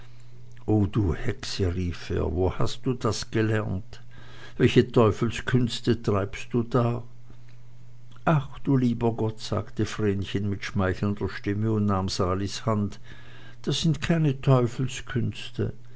o du hexe rief er wo hast du das gelernt welche teufelskünste treibst du da ach du lieber gott sagte vrenchen mit schmeichelnder stimme und nahm salis hand das sind keine